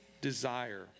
desire